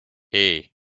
hey